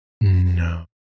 No